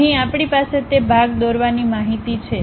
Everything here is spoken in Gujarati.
અહીં આપણી પાસે તે ભાગ દોરવાની માહિતી છે